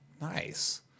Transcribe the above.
nice